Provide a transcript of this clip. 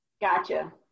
Gotcha